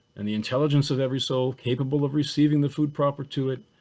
and the intelligence of every soul capable of receiving the food proper to it,